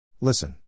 Listen